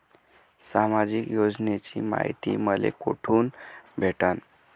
सामाजिक योजनेची मायती मले कोठून भेटनं?